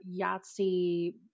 Yahtzee